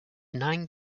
nine